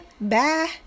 Bye